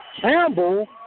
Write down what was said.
Campbell